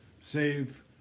save